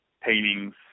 paintings